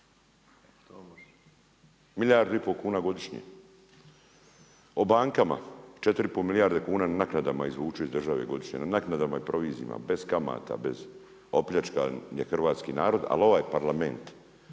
Milijardu i pol kuna godišnje. O bankama, 4,5 milijarde kuna na naknadama izvuku iz države godišnje, na naknadama i provizijama, bez kamata. Opljačkan je hrvatski narod ali ovaj Parlament